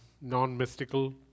non-mystical